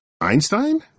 Einstein